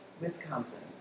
Wisconsin